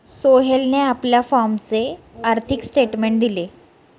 सोहेलने आपल्या फॉर्मचे आर्थिक स्टेटमेंट दिले